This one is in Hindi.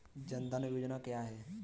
जनधन योजना क्या है?